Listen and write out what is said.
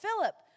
Philip